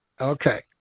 Okay